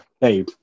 hey